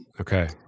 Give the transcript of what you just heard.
Okay